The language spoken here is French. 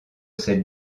cette